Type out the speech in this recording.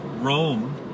Rome